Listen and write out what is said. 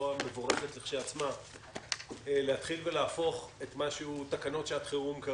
המבורכת להתחיל ולהפוך את מה שהוא תקנות שעת חירום,